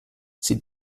sie